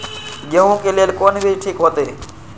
गेहूं के लेल कोन बीज ठीक होते?